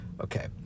Okay